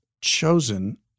chosen